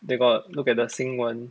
they got look at the 新闻